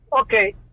okay